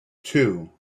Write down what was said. two